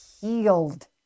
healed